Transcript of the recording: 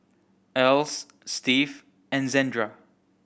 Else Steve and Zandra